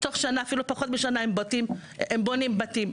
תוך אפילו פחות משנה הם עוד פעם בונים בתים,